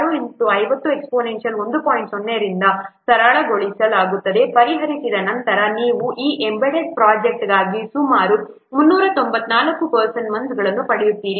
0 ರಿಂದ ಗೆ ಸರಳಗೊಳಿಸಲಾಗುತ್ತದೆ ಪರಿಹರಿಸಿದ ನಂತರ ನೀವು ಈ ಎಂಬೆಡೆಡ್ ಪ್ರೊಜೆಕ್ಟ್ಗಾಗಿ ಸುಮಾರು 394 ಪರ್ಸನ್ ಮಂತ್ಸ್ಗಳನ್ನು ಪಡೆಯುತ್ತೀರಿ